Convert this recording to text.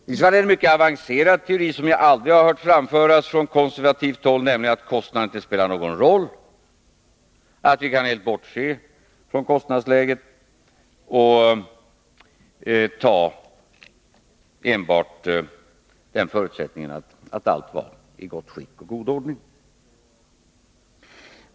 Det är i så fall en mycket avancerad teori som jag aldrig tidigare har hört framföras från konservativt håll, nämligen att kostnaderna inte spelar någon roll, utan att vi alltså helt kan bortse från kostnadsläget och förutsätta att allt är i gott skick och i god ordning.